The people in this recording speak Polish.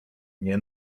nie